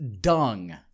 dung